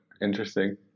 Interesting